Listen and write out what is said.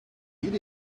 need